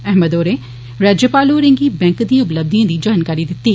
अहमद होरें राज्यपाल होरें गी बैंक दिएं उपलब्धिएं दी जानकारी दिती